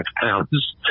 pounds